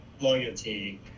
loyalty